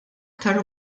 iktar